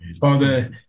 Father